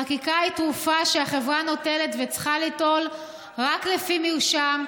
חקיקה היא תרופה שהחברה נוטלת וצריכה ליטול רק לפי מרשם,